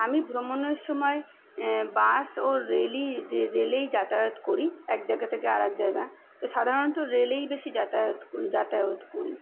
আমি ভ্রমণের সময় বাস ও রেলই রেলেই যাতায়াত করি এক জায়গা থেকে আরেক জায়গা তো সাধারণত রেলেই বেশি যাতায়াত যাতায়াত করি